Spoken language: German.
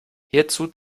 hierzu